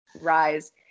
rise